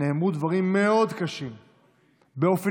אני מודיע לך, בצער רב,